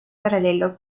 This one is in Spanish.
paralelo